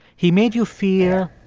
he made you feel.